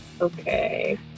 Okay